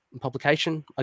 publication